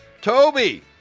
toby